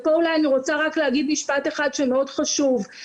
פה אולי אני רוצה רק להגיד משפט אחד שמאוד חשוב.